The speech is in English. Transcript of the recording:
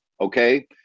okay